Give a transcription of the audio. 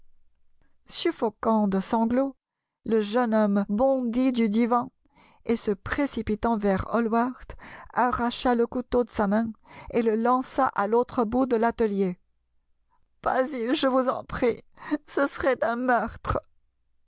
suffoquant de sanglots le jeune homme bondit du divan et se précipitant vers ilallward arracha le couteau de sa main et le lança à l'autre bout de l'atelier basil ije vous en prie ce serait un meurtre